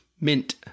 mint